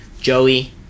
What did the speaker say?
Joey